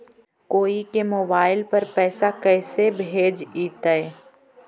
कोई के मोबाईल पर पैसा कैसे भेजइतै?